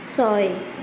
ছয়